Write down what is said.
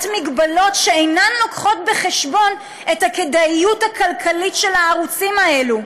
הגבלות שאינן מביאות בחשבון את הכדאיות הכלכלית של הערוצים האלה.